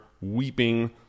Weeping